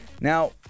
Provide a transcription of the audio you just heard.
Now